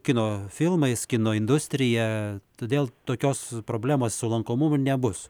kino filmais kino industrija todėl tokios problemos su lankomumu nebus